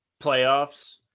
Playoffs